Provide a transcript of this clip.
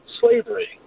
slavery